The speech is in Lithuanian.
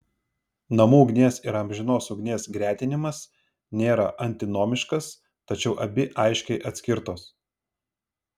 namų ugnies ir amžinos ugnies gretinimas nėra antinomiškas tačiau abi aiškiai atskirtos